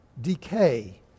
decay